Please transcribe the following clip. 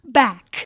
back